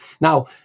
Now